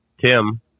Tim